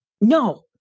No